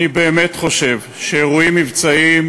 אני באמת חושב שאירועים מבצעיים,